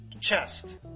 Chest